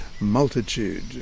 multitude